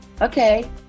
Okay